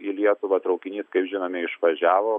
į lietuvą traukinys kaip žinome išvažiavo